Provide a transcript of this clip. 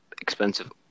expensive